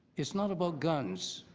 it's not about guns.